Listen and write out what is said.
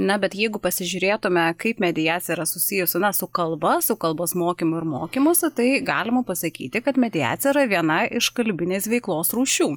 na bet jeigu pasižiūrėtume kaip mediacija yra susijus na su kalba su kalbos mokymu ir mokymusi tai galima pasakyti kad mediacija yra viena iš kalbinės veiklos rūšių